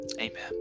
Amen